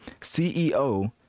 ceo